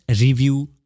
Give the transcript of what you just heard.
review